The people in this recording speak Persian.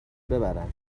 ببرن